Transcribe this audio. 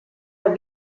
der